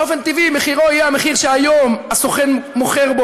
באופן טבעי מחירו יהיה המחיר שהיום הסוכן מוכר בו,